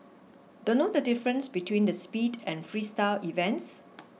don't know the difference between the speed and freestyle events